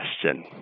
question